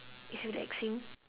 is relaxing